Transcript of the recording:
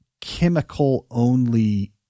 chemical-only